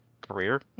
career